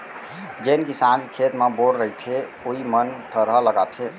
जेन किसान के खेत म बोर रहिथे वोइ मन थरहा लगाथें